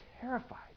terrified